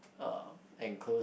uh enclosed